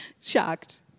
Shocked